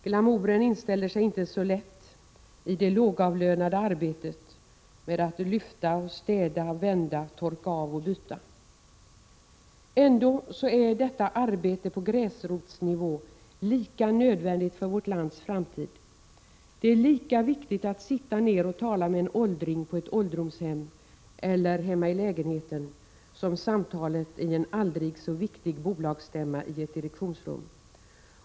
Glamouren inställer sig inte så lätt i det lågavlönade arbetet med att lyfta, städa, vända, torka av och byta. Ändå är detta arbete på gräsrotsnivå lika nödvändigt för vårt lands framtid som något annat. Det är lika viktigt att sitta ned och tala med en åldring på ett ålderdomshem eller hemma i en lägenhet som att samtala vid en aldrig så viktig bolagsstämma i ett direktionsrum.